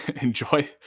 enjoy